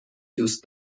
دوست